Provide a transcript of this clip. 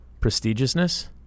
prestigiousness